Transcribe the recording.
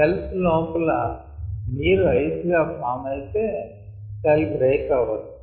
cells లోపలి నీరు ice గా ఫామ్ అయితే సెల్ బ్రేక్ అవ్వచ్చు